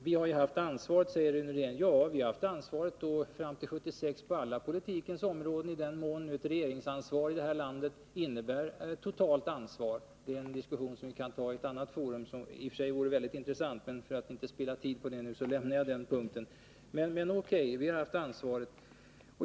Fram till 1976 hade vi ju ansvaret för alla politikens områden, i den mån ett regeringsansvar innebär totalt ansvar. Det är en diskussion vi kan ta i ett annat forum, vilket i och för sig skulle vara intressant, men för att inte spilla tid lämnar jag nu den punkten.